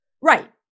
Right